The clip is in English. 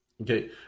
Okay